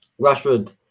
Rashford